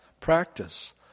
practice